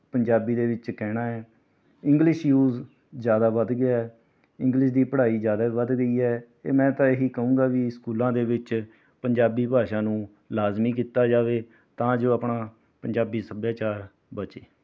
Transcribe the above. ਪੰਜਾਬੀ ਦੇ ਵਿੱਚ ਕਹਿਣਾ ਹੈ ਇੰਗਲਿਸ਼ ਯੂਜ ਜ਼ਿਆਦਾ ਵੱਧ ਗਿਆ ਹੈ ਇੰਗਲਿਸ਼ ਦੀ ਪੜ੍ਹਾਈ ਜ਼ਿਆਦਾ ਹੀ ਵੱਧ ਗਈ ਹੈ ਅਤੇ ਮੈਂ ਤਾਂ ਇਹੀ ਕਹੂੰਗਾ ਵੀ ਸਕੂਲਾਂ ਦੇ ਵਿੱਚ ਪੰਜਾਬੀ ਭਾਸ਼ਾ ਨੂੰ ਲਾਜ਼ਮੀ ਕੀਤਾ ਜਾਵੇ ਤਾਂ ਜੋ ਆਪਣਾ ਪੰਜਾਬੀ ਸੱਭਿਆਚਾਰ ਬਚੇ